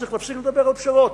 צריך להפסיק לדבר על פשרות.